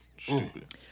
Stupid